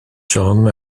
john